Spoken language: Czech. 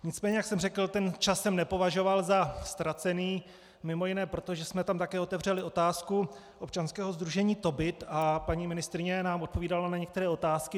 Nicméně jak jsem řekl, ten čas jsem nepovažoval za ztracený mimo jiné proto, že jsme tam také otevřeli otázku občanského sdružení Tobit a paní ministryně nám odpovídala na některé otázky.